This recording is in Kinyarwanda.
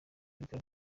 bikaba